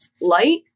light